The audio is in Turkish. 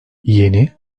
yeni